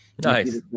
Nice